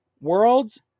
World's